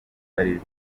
riri